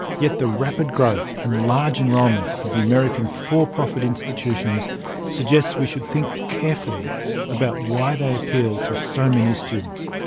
yet the rapid growth and large enrolments of the american for-profit institutions suggest we should think carefully about why they appeal to so many students.